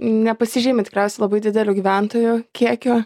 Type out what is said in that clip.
nepasižymi tikriausiai labai dideliu gyventojų kiekiu